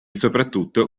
soprattutto